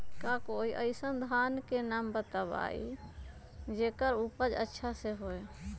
का कोई अइसन धान के नाम बताएब जेकर उपज अच्छा से होय?